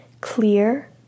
Clear